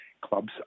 clubs